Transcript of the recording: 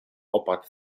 opat